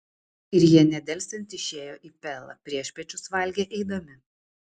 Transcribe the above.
ir jie nedelsiant išėjo į pelą priešpiečius valgė eidami